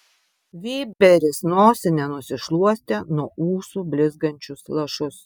vėberis nosine nusišluostė nuo ūsų blizgančius lašus